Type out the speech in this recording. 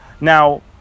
Now